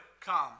come